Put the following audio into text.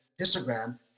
histogram